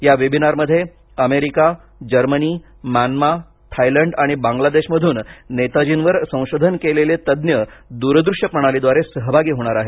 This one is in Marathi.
या वेबीनारमध्ये अमेरिका जर्मनी म्यानमा थायलंड आणि बांग्लादेशमधून नेताजींवर संशोधन केलेले तज्ञ दुरदृश्य प्रणालीद्वारे सहभागी होणार आहेत